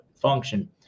Function